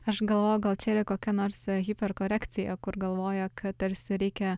aš galvoju gal čia yra kokia nors hiperkorekcija kur galvoja kad tarsi reikia